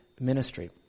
ministry